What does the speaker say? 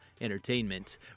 entertainment